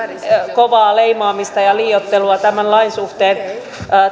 kovaa leimaamista ja liioittelua tämän lain suhteen